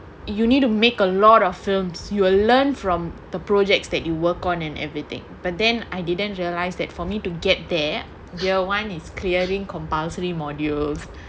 you need to make a lot of films you will learn from the projects that you work on and everything but then I didn't realise that for me to get there year one is clearing compulsory modules